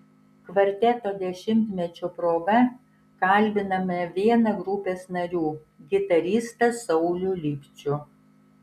kvarteto dešimtmečio proga kalbiname vieną grupės narių gitaristą saulių lipčių